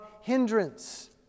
hindrance